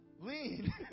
lean